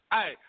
Hey